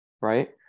right